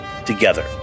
together